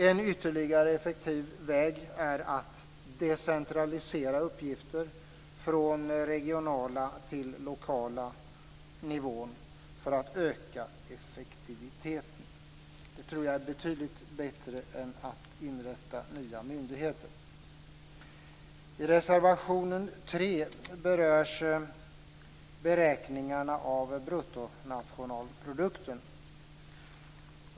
En ytterligare effektiv väg är att decentralisera uppgifter från den regionala till den lokala nivån för att öka effektiviteten. Det tror jag är betydligt bättre än att inrätta nya myndigheter. I reservation 3 berörs beräkningarna av bruttonationalprodukten.